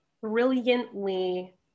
brilliantly